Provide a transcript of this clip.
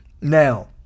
Now